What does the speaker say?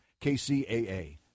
KCAA